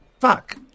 fuck